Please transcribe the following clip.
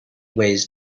ways